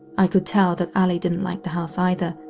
i could tell that allie didn't like the house either,